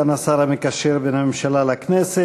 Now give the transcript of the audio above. גם השר המקשר בין הממשלה לכנסת.